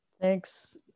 Thanks